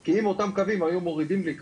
כי אם אותם קווים היו מורידים לי,